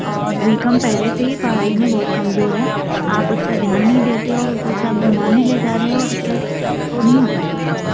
और वीकम पहले से ही पढ़ाई में बहु त कमज़ोर है आप उस पर ध्यान नहीं देते हो और ऊपर से आप घुमाने ले जा रहे हो उसे तो नहीं हो पाएगा मैम